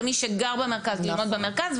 ולמי שגר במרכז ללמוד במרכז,